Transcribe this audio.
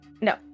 No